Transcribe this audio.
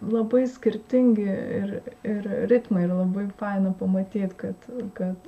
labai skirtingi ir ir ritmai ir labai faina pamatyt kad kad